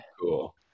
Cool